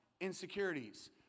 insecurities